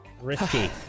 Risky